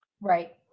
Right